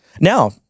now